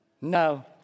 No